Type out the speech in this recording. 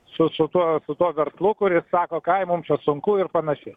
su su tuo su tuo verslu kuris sako ai mums čia sunku ir panašiai